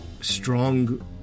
strong